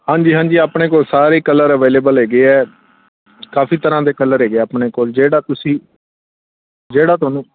ਹਾਂਜੀ ਹਾਂਜੀ ਆਪਣੇ ਕੋਲ ਸਾਰੇ ਕਲਰ ਅਵੇਲੇਬਲ ਹੈਗੇ ਆ ਕਾਫੀ ਤਰ੍ਹਾਂ ਦੇ ਕਲਰ ਹੈਗੇ ਆਪਣੇ ਕੋਲ ਜਿਹੜਾ ਤੁਸੀਂ ਜਿਹੜਾ ਤੁਹਾਨੂੰ